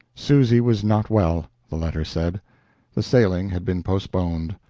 susy was not well, the letter said the sailing had been postponed.